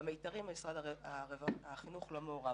ואילו במיתרים משרד החינוך לא מעורב,